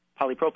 polypropylene